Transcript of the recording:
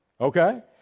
Okay